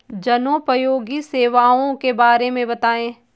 जनोपयोगी सेवाओं के बारे में बताएँ?